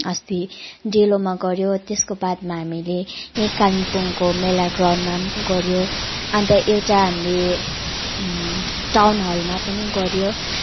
अस्ति डेलोमा गऱ्यो त्यसको बादमा हामीले यहीँ कालिम्पोङको मेला ग्राउन्डमा पनि गऱ्यो अन्त एउटा हामीले टाउन हलमा पनि गऱ्यो